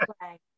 play